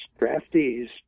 draftees